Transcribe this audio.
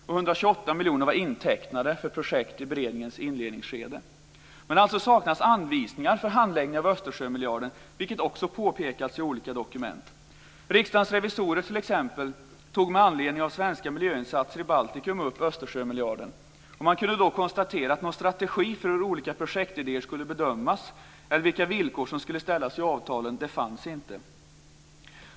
128 miljoner var intecknade för projekt i beredningens inledningsskede. Det saknas alltså anvisningar för handläggning av Östersjömiljarden, vilket också påpekas i olika dokument. Riksdagens revisorer tog t.ex. med anledning av svenska miljöinsatser i Baltikum upp Östersjömiljarden. Man kunde då konstatera att det inte fanns någon strategi för hur olika projektidéer skulle bedömas eller vilka villkor som skulle ställas vid avtalen.